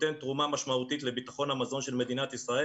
נותן תרומה משמעותית לביטחון המזון של מדינת ישראל.